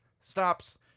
stops